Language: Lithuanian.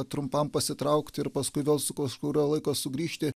trumpam pasitraukti ir paskui vėl su kažkurio laiko sugrįžti